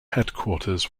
headquarters